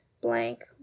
blank